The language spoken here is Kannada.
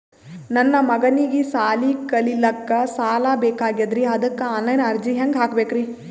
ನನ್ನ ಮಗನಿಗಿ ಸಾಲಿ ಕಲಿಲಕ್ಕ ಸಾಲ ಬೇಕಾಗ್ಯದ್ರಿ ಅದಕ್ಕ ಆನ್ ಲೈನ್ ಅರ್ಜಿ ಹೆಂಗ ಹಾಕಬೇಕ್ರಿ?